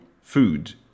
food